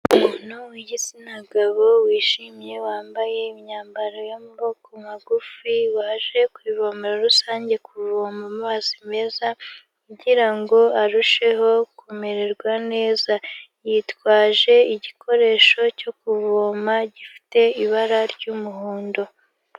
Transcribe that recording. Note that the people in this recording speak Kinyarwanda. Umuntu w'igitsina gabo, wishimye, wambaye imyambaro y'amaboko magufi, waje ku ivomera rusange kuvoma amazi meza kugira ngo arusheho kumererwa neza, yitwaje igikoresho cyo kuvoma gifite ibara ry'umuhondo.